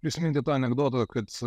prisiminti tą anekdotą kad